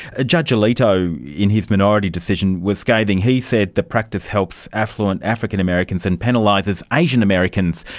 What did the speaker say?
ah judge alito in his minority decision was scaling. he said the practice helps affluent african americans and penalises asian americans.